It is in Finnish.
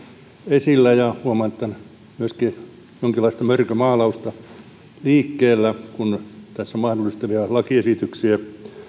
esillä ja huomaan että on myöskin jonkinlaista mörkömaalausta liikkeellä kun tässä on mahdollistavia lakiesityksiä